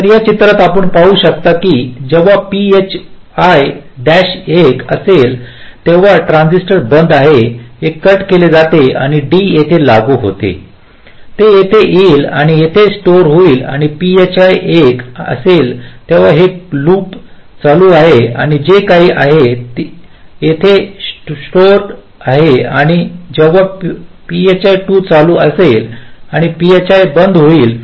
तर या चित्रात आपण पाहू शकता की जेव्हा phi 1 1 असेल तेव्हा हे ट्रान्झिस्टर बंद आहे हे कट केले जाते आणि जे D येथे लागू होते ते येथे येईल आणि येथे स्टोर होईल आणि जेव्हा phi 1 1 असेल तेव्हा ही लूप चालू आहे आणि जे काही आहे येथे शॉर्ड स्टोर आहे आणि जेव्हा phi 2 चालू असेल आणि phi 1 बंद असेल तेव्हा उलट होईल